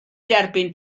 derbyn